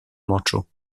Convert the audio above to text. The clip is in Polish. moczu